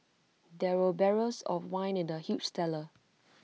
there were barrels of wine in the huge cellar